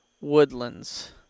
woodlands